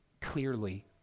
clearly